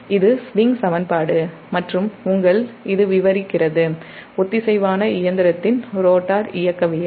இது ஸ்விங் சமன்பாடு மற்றும் உங்கள் இது விவரிக்கிறதுஒத்திசைவான இயந்திரத்தின் ரோட்டார் இயக்கவியல்